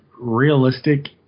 realistic